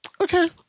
Okay